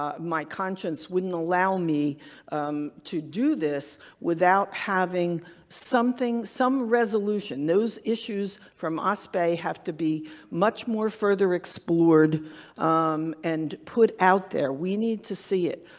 um my conscience wouldn't allow me to do this without having something. some resolution. those issues from ospa have to be much more further explored and put out there. we need to see it.